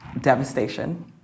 devastation